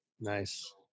nice